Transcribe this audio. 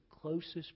closest